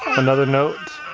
another note